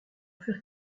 faire